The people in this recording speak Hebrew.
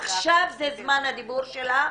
עכשיו זה זמן הדיבור שלה.